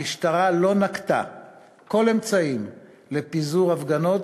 המשטרה לא נקטה כל אמצעים לפיזור הפגנות,